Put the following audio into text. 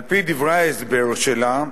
על-פי דברי ההסבר שלה,